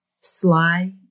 sly